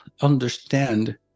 understand